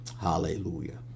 Hallelujah